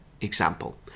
example